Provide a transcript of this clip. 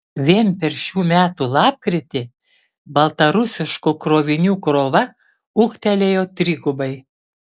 vien per šių metų lapkritį baltarusiškų krovinių krova ūgtelėjo trigubai